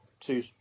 two